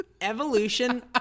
evolution